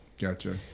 Gotcha